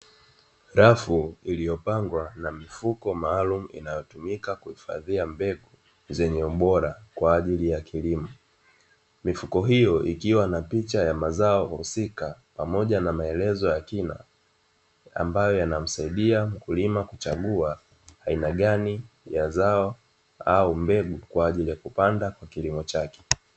Rafu iliyopangwa na mifuko maalumu; inayotumika kuhifadhia mbegu zenye ubora kwa ajili ya kilimo. Mifuko hiyo ikiwa na picha ya mazao husika pamoja na maelezo ya kina; ambayo yanamsaidia mkulima kuchagua aina gani ya zao au mbegu, kwa ajili ya kupanda kwa kilimo chake.